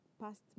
past